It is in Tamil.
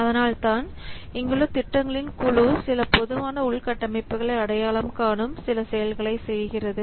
அதனால்தான் இங்குள்ள திட்டங்களின் குழு சில பொதுவான உள்கட்டமைப்புகளை அடையாளம் காணும் சில செயல்களைச் செய்கிறது